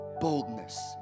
boldness